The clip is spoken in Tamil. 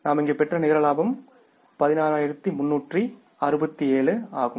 நாம் இங்கு பெற்ற நிகர லாபம் 16367 ஆகும்